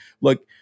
Look